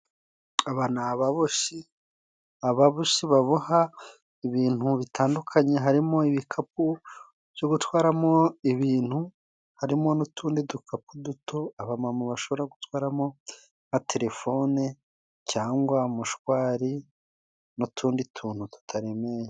Aba ni ababoshi ababoshi baboha ibintu bitandukanye harimo ibikapu byo gutwaramo ibintu harimo n'utundi dukapu duto aba mama bashobora gutwaramo nka telefone cyangwa mushwari nu tundi tuntu tutaremeye.